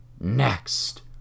next